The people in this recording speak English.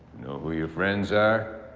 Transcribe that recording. know who your friends are.